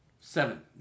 Seven